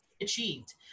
achieved